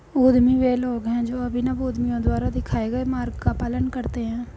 उद्यमी वे लोग हैं जो अभिनव उद्यमियों द्वारा दिखाए गए मार्ग का पालन करते हैं